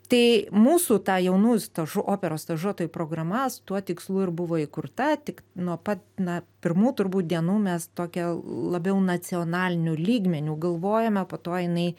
tai mūsų ta jaunųjų staž operos stažuotojų programa su tuo tikslu ir buvo įkurta tik nuo pat na pirmų turbūt dienų mes tokią labiau nacionaliniu lygmeniu galvojome po to jinai